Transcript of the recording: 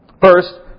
First